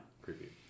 Creepy